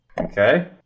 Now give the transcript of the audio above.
Okay